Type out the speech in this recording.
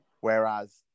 Whereas